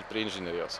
prie inžinerijos